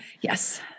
Yes